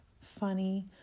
funny